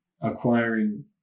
acquiring